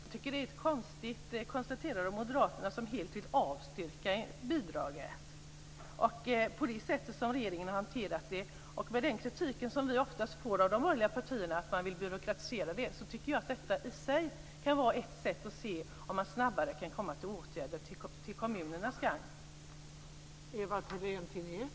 Fru talman! Jag tycker att det är ett konstigt konstaterande av moderaterna, som helt vill avskaffa bidraget. På det sätt som regeringen har hanterat det här och med den kritik som vi ofta får av de borgerliga partierna för att byråkratisera tycker jag att detta kan vara ett sätt att se om man snabbare kan komma till åtgärder, till gagn för kommunerna.